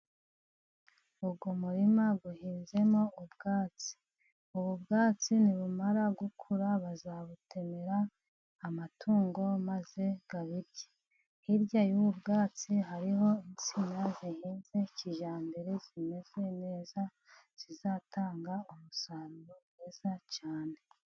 Uwo muririma uhinzemo ubwatsi, ubu bwatsi nibumara gukura bazabutemera amatungo maze aburye. Hirya y'ubwatsi hariho insina zihinze kijyambere, zimeze neza zizatanga umusaruro cyane.